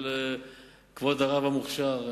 על כבוד הרב המוכשר,